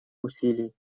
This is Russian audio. усилий